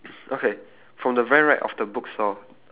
okay then my turn to describe then okay